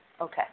Okay